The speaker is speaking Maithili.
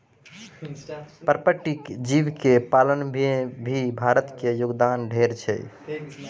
पर्पटीय जीव के पालन में भी भारत के योगदान ढेर छै